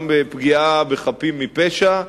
גם במחיר של פגיעה בחפים מפשע,